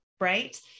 right